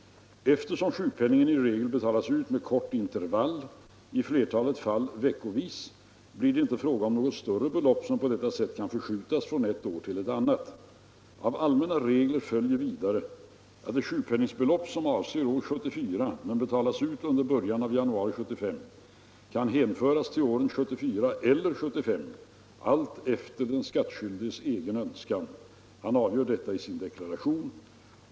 Eftersom sjukpenningen i regel betalas ut med kort intervall — i flertalet fall veckovis — blir det inte fråga om något större belopp som på detta sätt kan förskjutas från ett år till ett annat. Av allmänna regler följer vidare att ett sjukpenningbelopp som avser år 1974 men betalas ut under början av januari 1975 kan hänföras till åren 1974 eller 1975 alltefter den skattskyldiges egen önskan. Han avgör detta i sin deklaration.